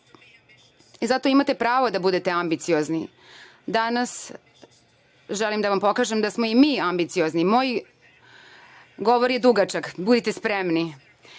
imate pravo da budete ambiciozni. Danas, želim da vam pokažem da smo i mi ambiciozni, moj govor je jako dugačak, budite spremni,